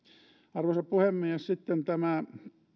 arvoisa puhemies sitten tämä